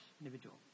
individual